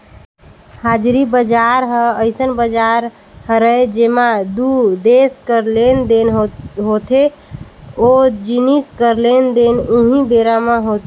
हाजिरी बजार ह अइसन बजार हरय जेंमा दू देस कर लेन देन होथे ओ जिनिस कर लेन देन उहीं बेरा म होथे